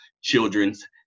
children's